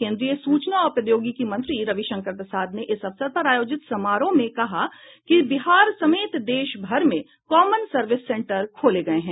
केन्द्रीय सूचना और प्रौद्योगिकी मंत्री रविशंकर प्रसाद ने इस अवसर पर आयोजित समारोह में कहा कि बिहार समेत देश भर में कॉमन सर्विस सेन्टर खोले गये हैं